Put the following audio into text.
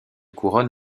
couronne